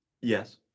Yes